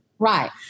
Right